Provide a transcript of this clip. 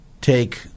Take